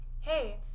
Hey